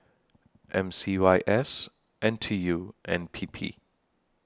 M C Y S N T U and P P